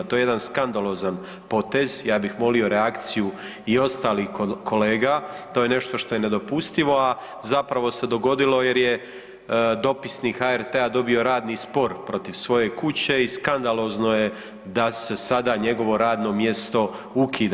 To je jedan skandalozan potez, ja bih moli reakciju i ostalih kolega, to je nešto što je nedopustivo, a zapravo se dogodilo jer je dopisnik HRT-a dobio radni spor protiv svoje kuće i skandalozno je da se sada njegovo radno mjesto ukida.